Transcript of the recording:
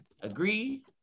Agree